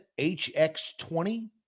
HX20